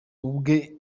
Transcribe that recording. ubwe